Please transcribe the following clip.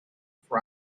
for